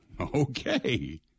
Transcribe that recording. Okay